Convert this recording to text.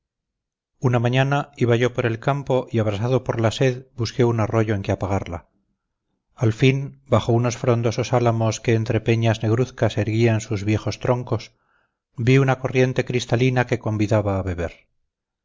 una mañana iba yo por el campo y abrasado por la sed busqué un arroyo en que apagarla al fin bajo unos frondosos álamos que entre peñas negruzcas erguían sus viejos troncos vi una corriente cristalina que convidaba a beber